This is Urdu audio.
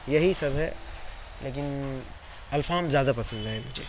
یہی سب ہے لیکن الفام زیادہ پسند ہے مجھے